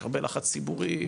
יש הרבה לחץ ציבורי.